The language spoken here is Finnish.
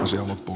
asia on